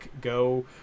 Go